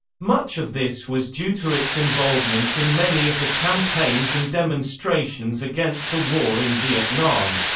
much of this was due to its involvement in many of the campaigns and demonstrations against the war in vietnam.